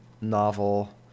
novel